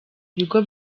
ibigo